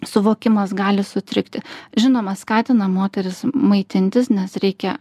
suvokimas gali sutrikti žinoma skatina moteris maitintis nes reikia